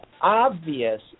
obvious